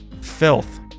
filth